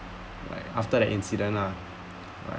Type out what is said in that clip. like after the incident lah